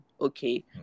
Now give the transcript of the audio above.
okay